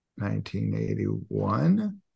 1981